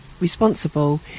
responsible